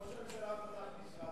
ראש הממשלה פתח משרד.